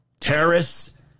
terrorists